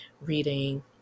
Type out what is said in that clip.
reading